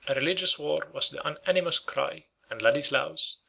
a religious war was the unanimous cry and ladislaus,